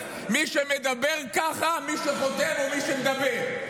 מי שחותם או מי שמדבר ככה?